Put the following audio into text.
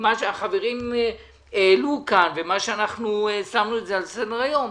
מה שהחברים העלו כאן ומה שאנחנו שמנו על סדר-היום.